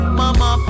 mama